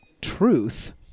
truth